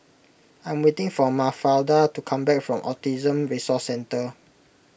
I'm waiting for Mafalda to come back from Autism Resource Centre